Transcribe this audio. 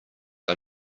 are